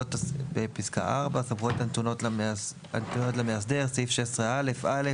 "פסקה (4) סמכויות הנתונות למאסדר סעיף 16א(א):